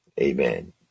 amen